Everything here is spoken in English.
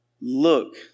look